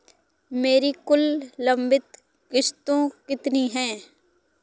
मेरी कुल लंबित किश्तों कितनी हैं?